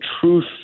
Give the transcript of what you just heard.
truth